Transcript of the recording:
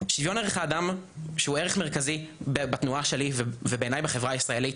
שוויון ערך האדם שהוא ערך מרכזי בתנועה שלי ובעיני בחברה הישראלית,